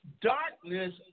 Darkness